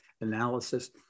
analysis